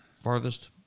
Farthest